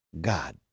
God